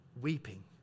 weeping